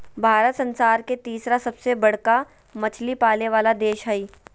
भारत संसार के तिसरा सबसे बडका मछली पाले वाला देश हइ